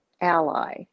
ally